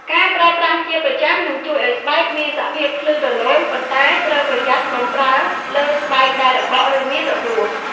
ការប្រើប្រាស់ជាប្រចាំនឹងជួយឲ្យស្បែកមានសភាពភ្លឺរលោង ប៉ុន្តែត្រូវប្រយ័ត្នកុំប្រើលើស្បែកដែលរបក ឬមានរបួស។